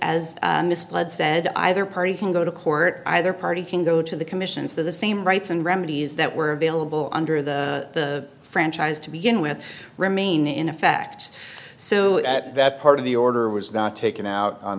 as misplayed said either party can go to court either party can go to the commission so the same rights and remedies that were available under the the franchise to begin with remain in effect so that that part of the order was not taken out on